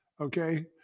okay